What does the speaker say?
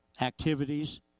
activities